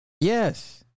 Yes